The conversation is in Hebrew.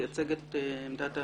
תייצג את עמדת המשרד?